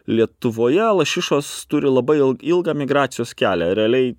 lietuvoje lašišos turi labai il ilgą migracijos kelią realiai